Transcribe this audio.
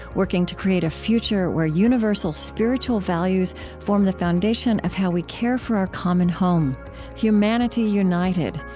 working to create a future where universal spiritual values form the foundation of how we care for our common home humanity united,